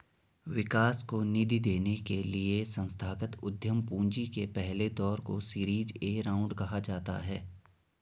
विकास को निधि देने के लिए संस्थागत उद्यम पूंजी के पहले दौर को सीरीज ए राउंड कहा जाता है